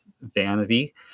vanity